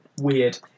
Weird